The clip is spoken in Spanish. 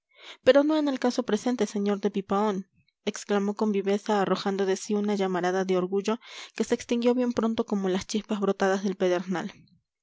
pero no en el caso presente sr de pipaón exclamó con viveza arrojando de sí una llamarada de orgullo que se extinguió bien pronto como las chispas brotadas del pedernal